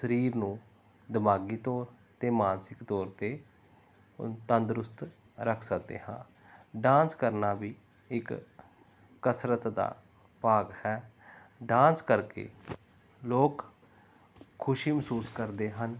ਸਰੀਰ ਨੂੰ ਦਿਮਾਗੀ ਤੌਰ ਅਤੇ ਮਾਨਸਿਕ ਤੌਰ 'ਤੇ ਤੰਦਰੁਸਤ ਰੱਖ ਸਕਦੇ ਹਾਂ ਡਾਂਸ ਕਰਨਾ ਵੀ ਇੱਕ ਕਸਰਤ ਦਾ ਭਾਗ ਹੈ ਡਾਂਸ ਕਰਕੇ ਲੋਕ ਖੁਸ਼ੀ ਮਹਿਸੂਸ ਕਰਦੇ ਹਨ